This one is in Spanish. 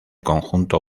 conjunto